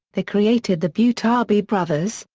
they created the butabi brothers,